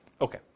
Okay